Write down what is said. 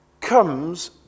comes